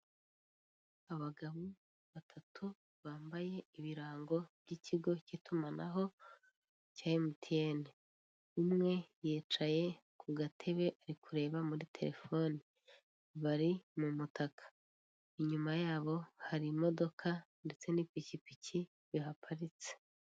Abagabo batatu bambaye ibirango by'ikigo cy'itumanaho cya MTN, imwe yicaye ku gatebe ari kureba muri telefoni, bari mu mutaka, inyuma yabo hari imodoka ndetse n'ipikipiki bihaparitse.